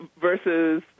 versus